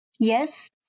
Yes